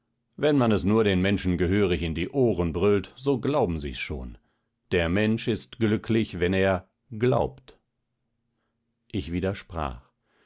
wenn man es nur den menschen gehörig in die ohren brüllt so glauben sie's schon der mensch ist glücklich wenn er glaubt ich widersprach